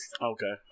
Okay